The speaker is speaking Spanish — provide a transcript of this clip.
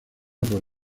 por